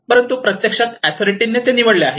परंतु प्रत्यक्षात अथोरिटीनी ते निवडले आहे